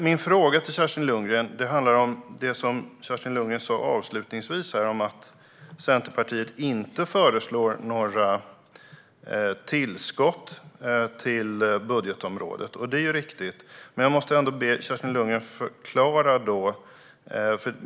Min fråga till Kerstin Lundgren handlar om det som hon avslutningsvis sa om att Centerpartiet inte föreslår några tillskott till budgetområdet. Det är riktigt. Men jag vill ändå be Kerstin Lundgren förklara.